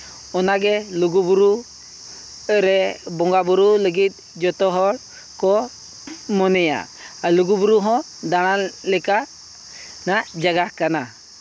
ᱚᱱᱟᱜᱮ ᱞᱩᱜᱩᱼᱵᱩᱨᱩ ᱨᱮ ᱵᱚᱸᱜᱟᱼᱵᱩᱨᱩ ᱞᱟᱹᱜᱤᱫ ᱡᱚᱛᱚ ᱦᱚᱲ ᱠᱚ ᱢᱚᱱᱮᱭᱟ ᱟᱨ ᱞᱩᱜᱩᱼᱵᱩᱨᱩ ᱦᱚᱸ ᱫᱟᱬᱟᱱ ᱞᱮᱠᱟᱱᱟᱜ ᱡᱟᱭᱜᱟ ᱠᱟᱱᱟ